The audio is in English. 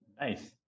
nice